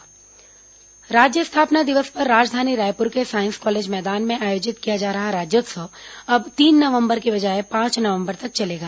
राज्योत्सव राज्य स्थापना दिवस पर राजधानी रायपुर के साईंस कॉलेज मैदान में आयोजित किया जा रहा राज्योत्सव अब तीन नवंबर के बजाए पांच नवंबर तक चलेगा